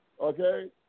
Okay